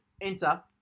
Enter